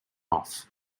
off